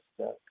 stuck